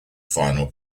final